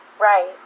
right